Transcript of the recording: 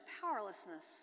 powerlessness